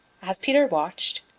as peter watched,